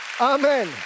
Amen